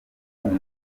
kumva